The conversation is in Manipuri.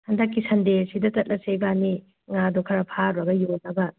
ꯍꯟꯗꯛꯀꯤ ꯁꯟꯗꯦꯁꯤꯗ ꯆꯠꯂꯁꯦ ꯏꯕꯥꯅꯤ ꯉꯥꯗꯣ ꯈꯔ ꯐꯥꯔꯨꯔꯒ ꯌꯣꯟꯅꯕ